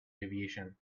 aviation